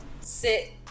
Sit